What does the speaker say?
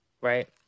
right